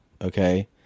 okay